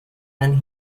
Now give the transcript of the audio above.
and